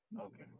Okay